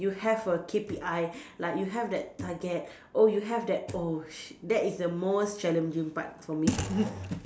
you have a K_P_I like you have that target oh you have that oh shit that is the most challenging part for me